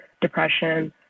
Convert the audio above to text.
depression